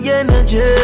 energy